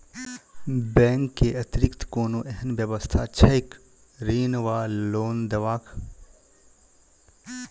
Bank केँ अतिरिक्त कोनो एहन व्यवस्था छैक ऋण वा लोनदेवाक?